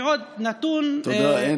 ועוד נתון, תודה.